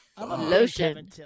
Lotion